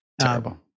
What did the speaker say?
Terrible